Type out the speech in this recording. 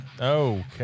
Okay